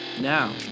now